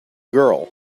girl